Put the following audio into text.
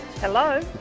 Hello